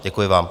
Děkuji vám.